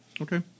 Okay